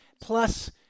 plus